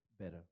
better